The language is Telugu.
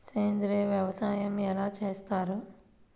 సేంద్రీయ వ్యవసాయం ఎలా చేస్తారు?